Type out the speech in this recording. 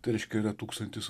tei reiškia yra tūkstantis